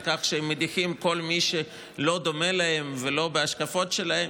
כך שהם מדיחים כל מי שלא דומה להם ולא בהשקפות שלהם.